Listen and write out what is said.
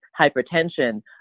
hypertension